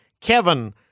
Kevin